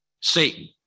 Satan